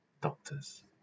doctors